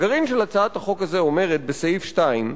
הגרעין של הצעת החוק הזה אומר, בסעיף 2: